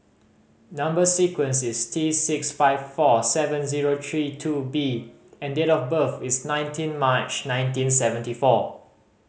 number sequence is T six five four seven zero three two B and date of birth is nineteen March nineteen seventy four